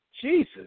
Jesus